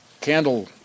candle